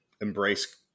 embrace